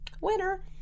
winner